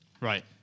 Right